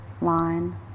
line